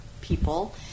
people